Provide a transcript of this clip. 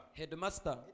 headmaster